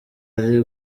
ari